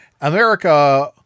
america